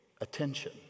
attention